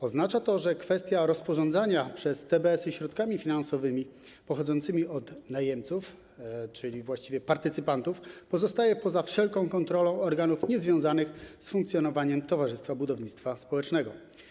Oznacza to, że kwestia rozporządzania przez TBS-y środkami finansowymi pochodzącymi od najemców, czyli właściwie partycypantów, pozostaje poza wszelką kontrolą organów niezwiązanych z funkcjonowaniem towarzystwa budownictwa społecznego.